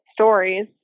stories